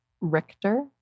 Richter